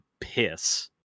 piss